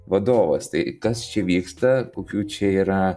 vadovas tai kas čia vyksta kokių čia yra